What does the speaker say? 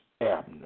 Abner